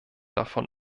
davon